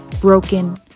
broken